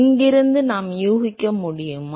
இங்கிருந்து நாம் யூகிக்க முடியுமா